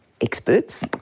experts